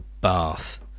bath